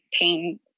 pain